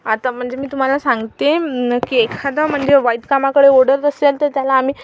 आता म्हणजे मी तुम्हाला सांगते आहे की एखादं म्हणजे वाईट कामाकडे ओढत असेल तर त्याला आम्ही